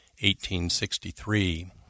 1863